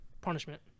punishment